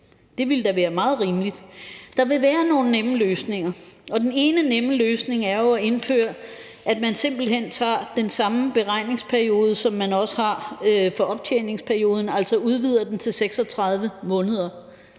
Det ville da være meget rimeligt. Der vil være nogle nemme løsninger, og den ene nemme løsning er jo at indføre, at man simpelt hen tager den samme beregningsperiode, som man har for optjeningsperioden, altså udvider den til 36 måneder